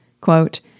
Quote